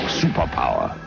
superpower